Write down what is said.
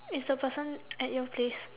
is the person at your place